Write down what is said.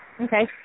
Okay